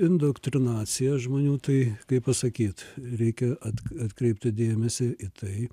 indoktrinacija žmonių tai kaip pasakyt reikia at atkreipti dėmesį į tai